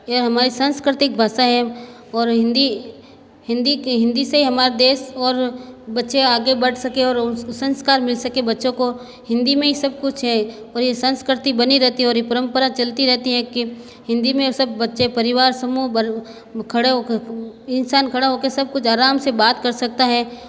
यह हमारी सांस्कृतिक भाषा है और हिंदी हिंदी की हिंदी से हमारे देश और बच्चे आगे बढ़ सके और उस संस्कार मिल सके बच्चों को हिंदी में सब कुछ है और यह संस्कृति बनी रहती है और परम्परा चलती रहती है कि हिंदी में सब बच्चे परिवार समूह खड़े हो कर इंसान खड़ा हो कर सब कुछ आराम से बात कर सकता है